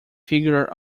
figure